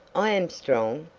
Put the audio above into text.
i am strong,